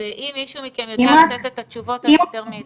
אם מישהו מכם יודע לתת את התשובות אני יותר מאשמח.